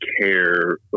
care